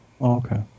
okay